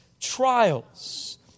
trials